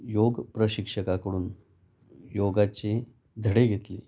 योग प्रशिक्षकाकडून योगाचे धडे घेतले